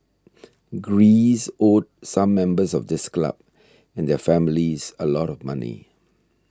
Greece owed some members of this club and their families a lot of money